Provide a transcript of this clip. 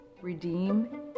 Redeem